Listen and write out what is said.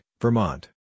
Vermont